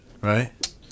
Right